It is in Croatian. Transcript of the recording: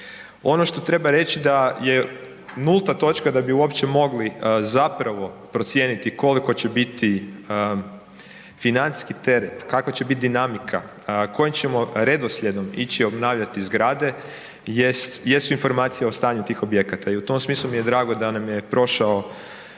Ono to treba reći da je nulta točka da bi uopće mogli zapravo procijeniti koliko će biti financijski teret, kakva će biti dinamika, kojim ćemo redoslijedom ići obnavljati zgrade jest, jesu informacije o stanju tih objekata i u tom smislu mi je drago da nam je prošao